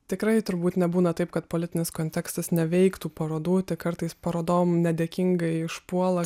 tikrai turbūt nebūna taip kad politinis kontekstas neveiktų parodų tik kartais parodom nedėkingai išpuola